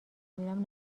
میرم